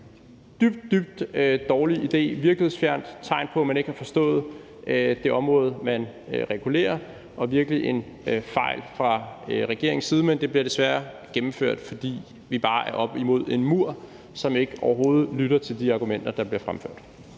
dybt dårlig idé, det er virkelighedsfjernt, og det er et tegn på, at man ikke har forstået det område, man regulerer, og det er virkelig en fejl fra regeringens side. Men det bliver desværre gennemført, fordi vi bare er oppe imod en mur, som overhovedet ikke lytter til de argumenter, der bliver fremført.